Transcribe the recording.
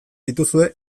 dituzue